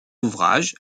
ouvrages